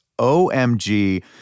OMG